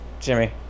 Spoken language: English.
Jimmy